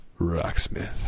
Rocksmith